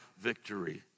victory